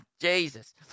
Jesus